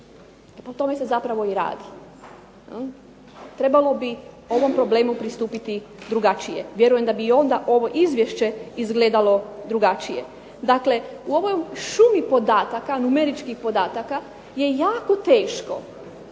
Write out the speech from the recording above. o tome se zapravo i radi. Trebalo bi ovom problemu pristupiti drugačije, vjerujem da bi i onda ovo izvješće izgledalo drugačije. Dakle, u ovoj šumi podataka, numeričkih podataka je jako teško